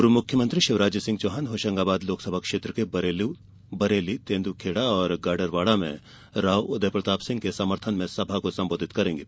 पूर्व मुख्यमंत्री शिवराज सिंह चौहान होशंगाबाद लोकसभा क्षेत्र के बरेली तेन्द्खेडा और गाडरवाडा में राव उदय प्रताप सिंह के समर्थन में सभा को संबोधित करेंगे